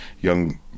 young